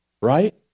Right